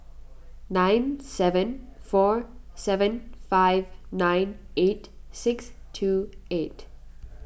nine seven four seven five nine eight six two eight